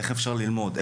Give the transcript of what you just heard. איך אפשר ללמוד,